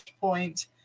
point